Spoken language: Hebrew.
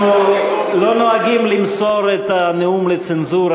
אנחנו לא נוהגים למסור את הנאום לצנזורה